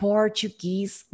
Portuguese